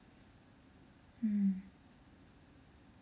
mm